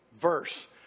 verse